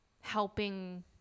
helping